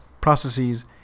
processes